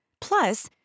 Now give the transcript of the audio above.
Plus